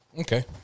Okay